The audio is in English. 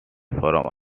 from